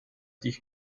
dich